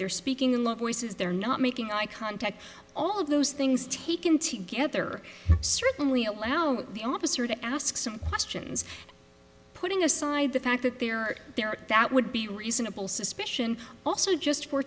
they're speaking in low voices they're not making eye contact all of those things taken together certainly allow the officer to ask some questions putting aside the fact that they're there that would be reasonable suspicion also just for